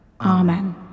Amen